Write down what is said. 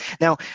Now